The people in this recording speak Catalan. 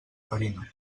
farina